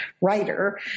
writer